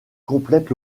complète